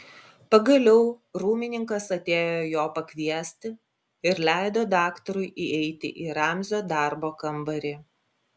pagaliau rūmininkas atėjo jo pakviesti ir leido daktarui įeiti į ramzio darbo kambarį